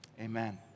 Amen